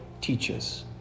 teaches